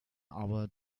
aber